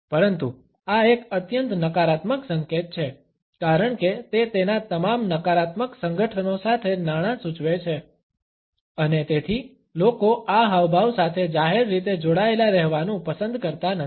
પરંતુ આ એક અત્યંત નકારાત્મક સંકેત છે કારણ કે તે તેના તમામ નકારાત્મક સંગઠનો સાથે નાણાં સૂચવે છે અને તેથી લોકો આ હાવભાવ સાથે જાહેર રીતે જોડાયેલા રહેવાનું પસંદ કરતા નથી